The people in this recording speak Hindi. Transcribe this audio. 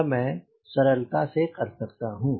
यह मैं सरलता से कर सकता हूँ